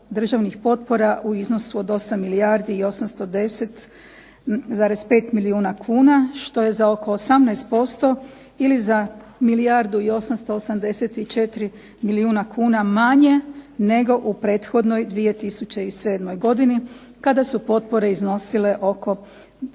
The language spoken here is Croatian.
državnih potpora u iznosu od 8 milijardi i 810,5 milijuna kuna, što je za oko 18% ili za milijardu i 884 milijuna kuna manje nego u prethodnoj 2007. godini, kada su potpore iznosile oko 10